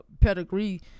pedigree